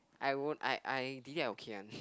I won't I I delete I okay one